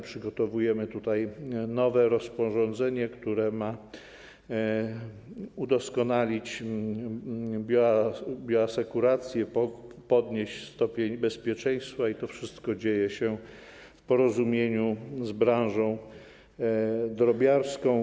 Przygotowujemy nowe rozporządzenie, które ma udoskonalić bioasekurację i podnieść stopień bezpieczeństwa, i to wszystko dzieje się w porozumieniu z branżą drobiarską.